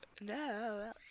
No